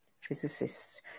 physicists